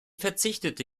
verzichtete